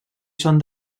són